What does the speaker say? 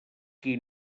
qui